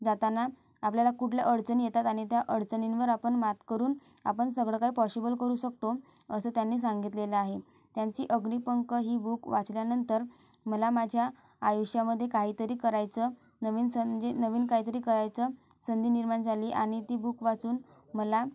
जाताना आपल्याला कुठल्या अडचणी येतात आणि त्या अडचणींवर आपण मात करून आपण सगळं काही पॉशिबल करू शकतो असं त्यांनी सांगितलेलं आहे त्यांची अग्निपंख ही बुक वाचल्यानंतर मला माझ्या आयुष्यामध्ये काहीतरी करायचं नवीन सं म्हणजे नवीन काहीतरी करायचं संधी निर्माण झाली आणि ती बुक वाचून मला